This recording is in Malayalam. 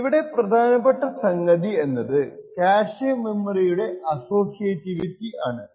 ഇവിടെ പ്രധാനപ്പെട്ട സംഗതി എന്നത് ക്യാഷെ മെമ്മറിയുടെ അസ്സോസിയേറ്റിവിറ്റി ആണ്